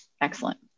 Excellent